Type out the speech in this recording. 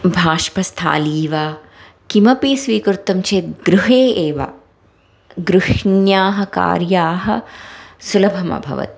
भाष्पस्थाली वा किमपि स्वीकृतं चेत् गृहे एव गृहिण्याः कार्याणि सुलभम् अभवत्